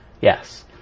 Yes